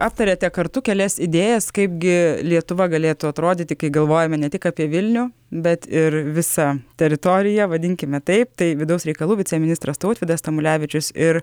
aptariate kartu kelias idėjas kaipgi lietuva galėtų atrodyti kai galvojame ne tik apie vilnių bet ir visa teritorija vadinkime taip tai vidaus reikalų viceministras tautvydas tamulevičius ir